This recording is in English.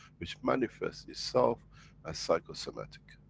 which manifest itself as psychosomatic.